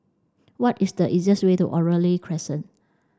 what is the easiest way to Oriole Crescent